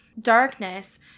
Darkness